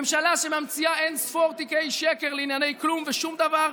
ממשלה שממציאה אין ספור תיקי שקר לענייני כלום ושום דבר,